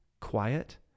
quiet